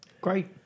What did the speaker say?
Great